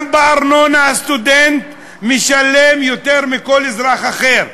גם בארנונה סטודנט משלם יותר מכל אזרח אחר,